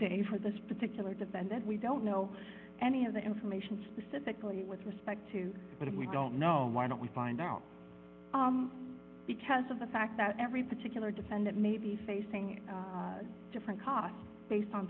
day for this particular defendant we don't know any of the information specifically with respect to what we don't know why don't we find out because of the fact that every particular defendant may be facing different costs based on